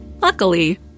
Luckily